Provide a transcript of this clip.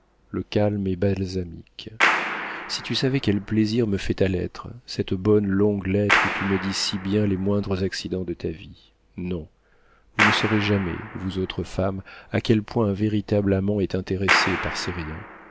le calme est balsamique si tu savais quel plaisir me fait ta lettre cette bonne longue lettre où tu me dis si bien les moindres accidents de ta vie non vous ne saurez jamais vous autres femmes à quel point un véritable amant est intéressé par ces riens